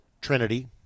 Trinity